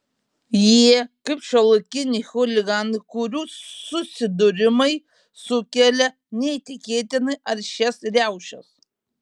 jie kaip šiuolaikiniai chuliganai kurių susidūrimai sukelia neįtikėtinai aršias riaušes